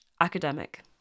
academic